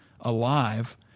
alive